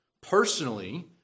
personally